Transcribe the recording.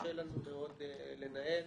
קשה לנו מאוד לנהל.